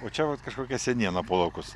o čia vat kažkokia seniena po laukus